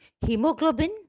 Hemoglobin